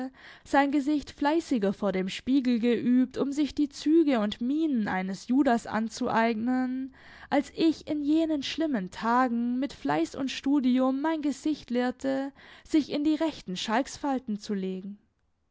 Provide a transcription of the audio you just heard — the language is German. sein gesicht fleißiger vor dem spiegel geübt um sich die züge und mienen eines judas anzueignen als ich in jenen schlimmen tagen mit fleiß und studium mein gesicht lehrte sich in die rechten schalksfalten zu legen